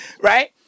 Right